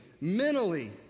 mentally